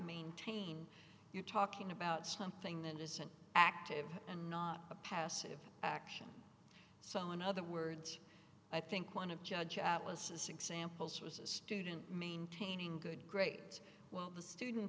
maintaining you're talking about something that is an active and not a passive action so in other words i think one of judge atlases examples was a student maintaining good grades well the student